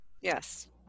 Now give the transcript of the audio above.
Yes